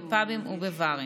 בפאבים ובברים.